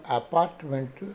apartment